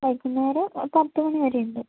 വൈകുന്നേരം പത്ത് മണി വരെയുണ്ട്